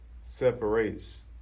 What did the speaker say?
separates